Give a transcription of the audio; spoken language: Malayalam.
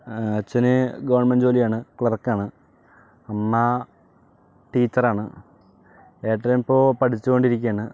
അച്ഛന് ഗവർമെന്റ് ജോലിയാണ് ക്ലർക്കാണ് അമ്മ ടീച്ചറാണ് ഏട്ടൻ ഇപ്പോൾ പഠിച്ചുകൊണ്ടിരിക്കുകയാണ്